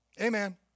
Amen